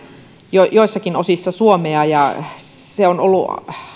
joissakin osissa suomea ja se on ollut